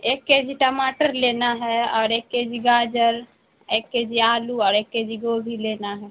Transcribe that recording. ایک K G ٹماٹر لینا ہے اور ایک کے جی گاجر ایک کے جی آلو اور ایک کے جی گوبھی لینا ہے